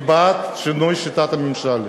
אני בעד שינוי שיטת הממשל,